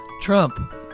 Trump